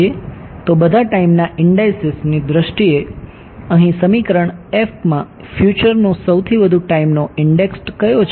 તો બધા ટાઈમના ઇંડાઇસીસ ની દ્રષ્ટિએ અહીં સમીકરણ એકમાં ફ્યુચરનો સૌથી વધુ ટાઈમનો ઇન્ડેક્સ કયો છે